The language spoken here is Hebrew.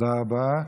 תודה רבה.